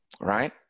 right